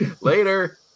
later